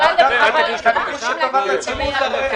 משרד האוצר לא נמצא פה.